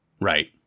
Right